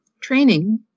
training